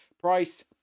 price